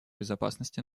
безопасности